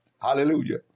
Hallelujah